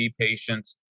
patients